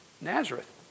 Nazareth